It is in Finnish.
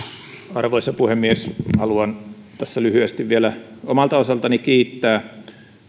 arvoisa puhemies haluan tässä lyhyesti vielä omalta osaltani kiittää